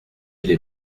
les